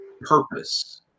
purpose